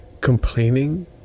complaining